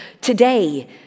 today